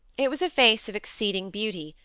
it was a face of exceeding beauty,